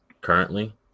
currently